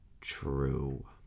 true